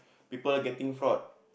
people getting fraud